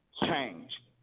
change